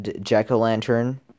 Jack-O-Lantern